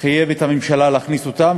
חייב את הממשלה להכניס אותם,